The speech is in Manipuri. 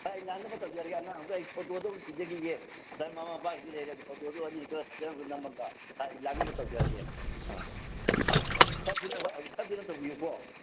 ꯑꯥ ꯑꯩ ꯂꯥꯛꯅꯕ ꯇꯧꯖꯔꯒꯦ ꯑꯉꯥꯡ ꯑꯝꯇ ꯑꯩ ꯐꯣꯇꯣꯗꯣ ꯑꯝꯇ ꯊꯤꯖꯈꯤꯒꯦ ꯑꯥꯗꯥꯔ ꯃꯃꯥ ꯃꯄꯥꯒꯤꯗꯤ ꯂꯩꯔꯦ ꯑꯗꯣ ꯐꯣꯇꯣꯗꯣ ꯑꯅꯤ ꯈꯛꯇ ꯐꯖꯅ ꯑꯝꯇ ꯅꯝꯃꯒ ꯂꯥꯛꯅꯕ ꯇꯧꯖꯔꯒꯦ ꯑꯥ ꯈꯔ ꯊꯨꯅ ꯇꯧꯕꯤꯌꯨꯀꯣ